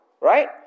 right